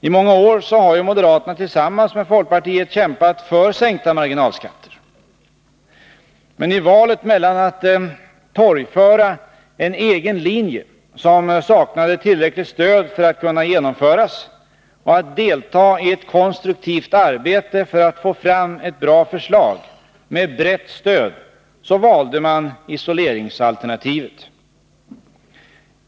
I många år har ju moderaterna tillsammans med folkpartiet kämpat för sänkta marginalskatter. Men i valet mellan att torgföra en egen linje som saknade tillräckligt stöd för att kunna genomföras och att delta i ett konstruktivt arbete för att få fram ett bra förslag med brett stöd valde man isoleringsalternativet.